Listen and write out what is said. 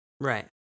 right